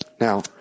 Now